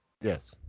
Yes